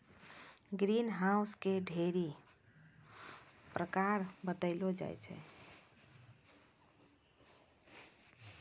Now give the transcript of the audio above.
green house के ढ़ेरी प्रकार बतैलो जाय छै